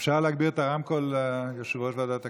אפשר להגביר את הרמקול ליושב-ראש ועדת הכנסת?